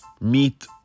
meet